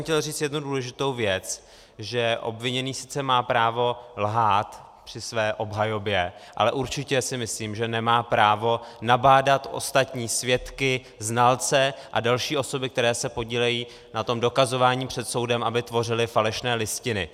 Chtěl jsem říct jednu důležitou věc že obviněný sice má právo lhát při své obhajobě, ale určitě si myslím, že nemá právo nabádat ostatní svědky, znalce a další osoby, které se podílejí na tom dokazování před soudem, aby tvořili falešné listiny.